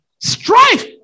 strife